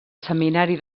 seminari